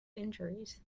injuries